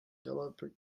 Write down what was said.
developer